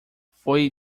foi